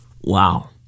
Wow